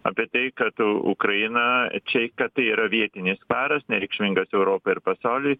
apie tai kad ukraina čia kad tai yra vietinis karas nereikšmingas europai ir pasauliui